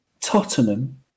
Tottenham